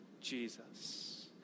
Jesus